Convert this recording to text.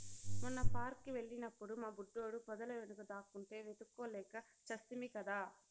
మొన్న పార్క్ కి వెళ్ళినప్పుడు మా బుడ్డోడు పొదల వెనుక దాక్కుంటే వెతుక్కోలేక చస్తిమి కదా